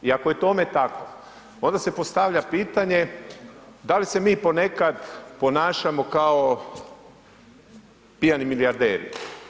I ako je tome tako, onda se postavlja pitanje, da li se mi ponekad ponašamo kao pijani milijarderi?